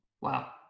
Wow